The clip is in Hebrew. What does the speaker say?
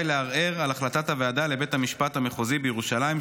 לערער על החלטת הוועדה לבית המשפט המחוזי בירושלים,